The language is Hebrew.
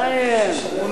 חבר הכנסת עמיר פרץ.